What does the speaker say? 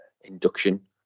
induction